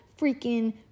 freaking